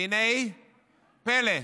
והינה פלא,